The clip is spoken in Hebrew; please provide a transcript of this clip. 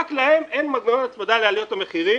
רק להם אין מנגנון הצמדה לעליות המחירים